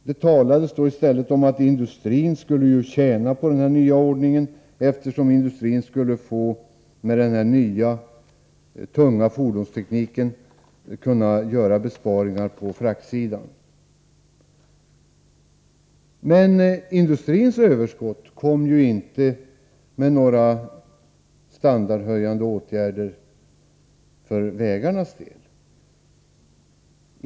Det talades i stället om att industrin skulle tjäna på den nya ordningen, eftersom den nya men tunga fordonstekniken skulle möjliggöra sänkta fraktkostnader. Men industrins överskott medförde inte några standardhöjande åtgärder för vägarnas del.